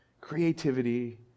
creativity